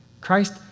Christ